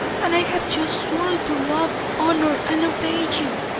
and i have just sworn to love, honour, and obey you!